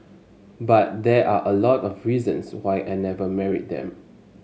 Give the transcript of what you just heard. but there are a lot of reasons why I never married them